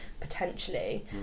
potentially